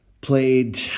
played